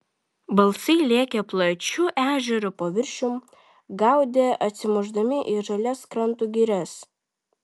balsai lėkė plačiu ežero paviršium gaudė atsimušdami į žalias krantų girias